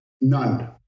none